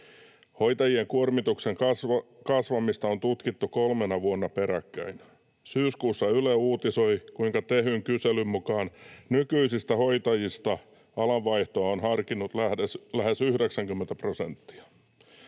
Hoitajien kuormituksen kasvamista on tutkittu kolmena vuonna peräkkäin. Syyskuussa Yle uutisoi, kuinka Tehyn kyselyn mukaan nykyisistä hoitajista alanvaihtoa on harkinnut lähes 90 prosenttia.